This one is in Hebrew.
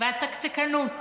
והצקצקנות